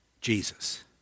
Jesus